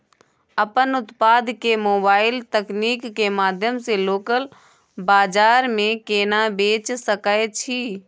अपन उत्पाद के मोबाइल तकनीक के माध्यम से लोकल बाजार में केना बेच सकै छी?